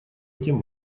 этим